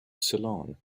salon